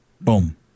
Boom